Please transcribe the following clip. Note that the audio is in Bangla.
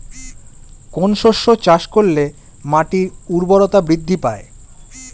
কোন শস্য চাষ করলে মাটির উর্বরতা বৃদ্ধি পায়?